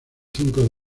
cinco